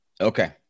Okay